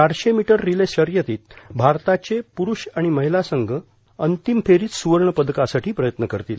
चारशे metre relay शर्यतीत भारताचे प्रुठेष आणि महिला संघ अंतिम फेरीत स्रवर्ण पदकासाठी प्रयत्न करतील